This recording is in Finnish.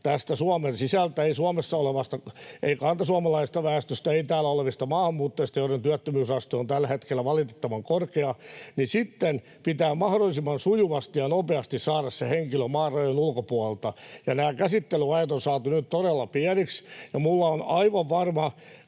— ei Suomessa olevasta kantasuomalaisesta väestöstä, ei täällä olevista maahanmuuttajista, joiden työttömyysaste on tällä hetkellä valitettavan korkea — niin sitten pitää mahdollisimman sujuvasti ja nopeasti saada se henkilö maan rajojen ulkopuolelta. Nämä käsittelyajat on saatu nyt todella pieniksi, ja minulla on aivan varma